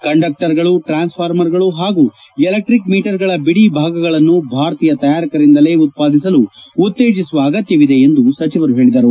ಕಂಡಕ್ಷರ್ಗಳು ಟ್ರಾನ್ಸ್ಫಾರ್ಮರ್ಗಳು ಹಾಗೂ ಎಲೆಕ್ಷಿಕ್ ಮೀಟರ್ಗಳ ಬಿಡಿ ಭಾಗಗಳನ್ನು ಭಾರತೀಯ ತಯಾರಿಕರಿಂದಲೇ ಉತ್ಪಾದಿಸಲು ಉತ್ಸೇಜಿಸುವ ಅಗತ್ಯವಿದೆ ಎಂದು ಸಚಿವರು ಹೇಳಿದರು